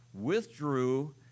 withdrew